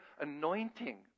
anointing